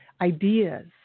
ideas